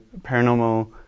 paranormal